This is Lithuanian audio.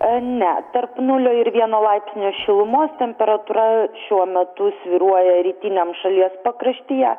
ne tarp nulio ir vieno laipsnio šilumos temperatūra šiuo metu svyruoja rytiniam šalies pakraštyje